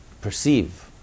perceive